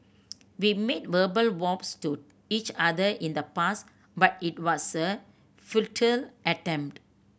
we made verbal vows to each other in the past but it was a futile attempt